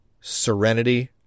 Serenity